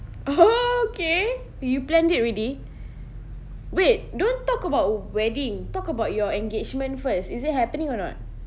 oh okay you planned it already wait don't talk about wedding talk about your engagement first is it happening or not